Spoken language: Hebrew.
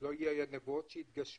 שלא יהיו כאן נבואות שיתגשמו.